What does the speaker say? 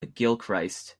gilchrist